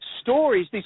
stories